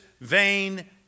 vain